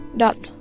dot